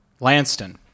Lanston